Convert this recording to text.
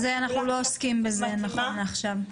מתאימה --- אנחנו לא עוסקים בזה נכון לעכשיו.